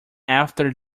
after